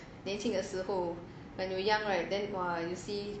年轻的时候 when you were young right then !wah! you see